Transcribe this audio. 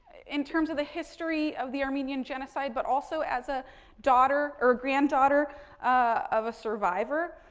in terms of the history of the armenian genocide but also as a daughter or granddaughter of a survivor.